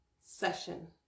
session